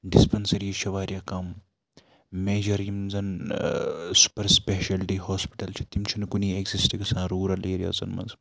dispensaries چھِ واریاہ کَم میجَر یِم زَن سُپر سِپیشلٹی ہاسپِٹَل چھِ تِم چھِ نہٕ کُنے ایکزِسٹہٕ گَژھان روٗرَل ایریازَن منٛز